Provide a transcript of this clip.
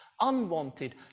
Unwanted